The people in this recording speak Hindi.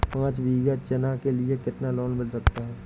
पाँच बीघा चना के लिए कितना लोन मिल सकता है?